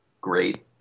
great